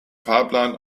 fahrplan